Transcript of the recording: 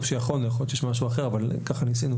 שיכולנו יכול להיות שיש משהו אחר אבל כך ניסינו